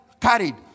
carried